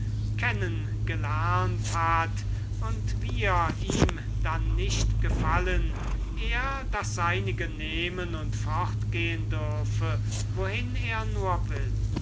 kennengelernt hat und wir ihm dann nicht gefallen er das seinige nehmen und fortgehn dürfe wohin er nur will